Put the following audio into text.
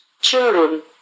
children